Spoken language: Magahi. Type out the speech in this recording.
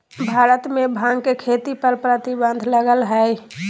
भारत में भांग के खेती पर प्रतिबंध लगल हइ